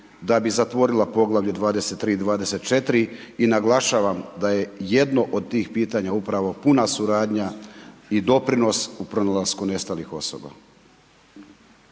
da bi zatvorila Poglavlje 23. i 24. i naglašavam da je jedno od tih pitanja upravo puna suradnja i doprinos u pronalasku nestalih osoba.